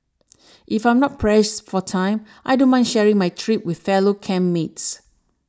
if I'm not pressed for time I don't mind sharing my trip with fellow camp mates